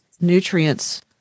nutrients